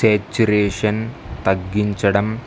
saturation తగ్గించడం